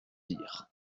dire